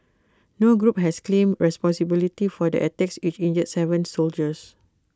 no group has claimed responsibility for the attacks which injured Seven soldiers